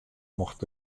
mocht